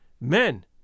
Men